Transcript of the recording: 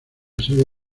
sede